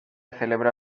celebró